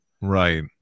Right